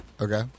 Okay